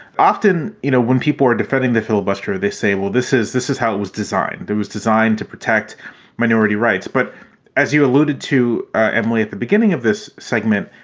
often, you know, when people are defending the filibuster, they say, well, this is this is how it was designed. it it was designed to protect minority rights. but as you alluded to, emily, at the beginning of this segment,